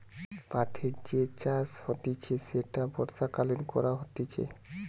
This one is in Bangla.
পাটের যে চাষ হতিছে সেটা বর্ষাকালীন করা হতিছে